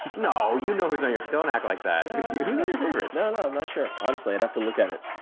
no, you know who's on your don't act like that who's on your favorites? no, no i'm not sure. honestly i'd have to look at it.